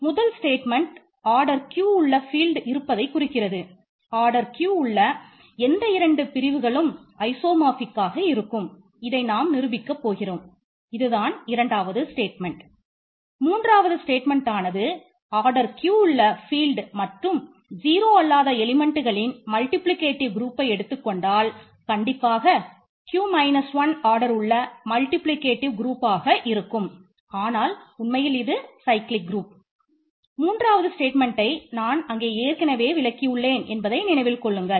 முதல் ஸ்டேட்மென்ட் நான் அங்கே ஏற்கனவே விளக்கி உள்ளேன் என்பதை நினைவில் கொள்ளுங்கள்